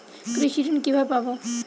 কৃষি ঋন কিভাবে পাব?